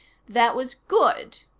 that was good,